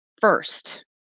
first